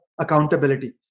accountability